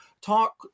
talk